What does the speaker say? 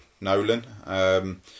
Nolan